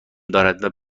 دارد